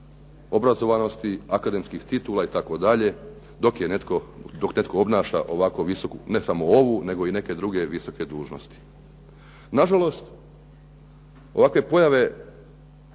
obrazovanosti, akademskih titula itd. dok netko obnaša ovako visoku, ne samo ovu nego i neke druge visoke dužnosti. Nažalost, ovakve pojave